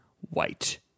White